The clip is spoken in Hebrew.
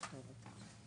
התשכ"ח 1968,